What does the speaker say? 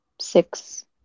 six